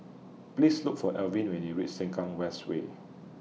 Please Look For Alwin when YOU REACH Sengkang West Way